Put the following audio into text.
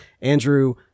Andrew